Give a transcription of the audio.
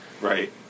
Right